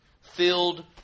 filled